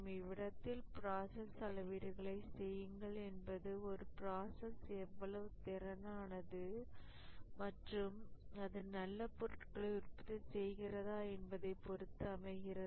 இவ்விடத்தில் ப்ராசஸ் அளவீடுகளை செய்யுங்கள் என்பது ஒரு ப்ராசஸ் எவ்வளவு திறனானது மற்றும் அது நல்ல பொருட்களை உற்பத்தி செய்கிறதா என்பதை பொறுத்து அமைகிறது